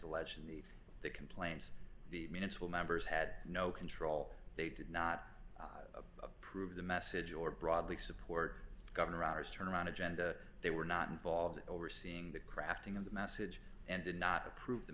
the the complaints the minutes will members had no control they did not approve the message or broadly support gov hours turn around agenda they were not involved overseeing the crafting of the message and did not approve the